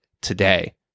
today